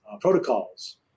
protocols